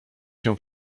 się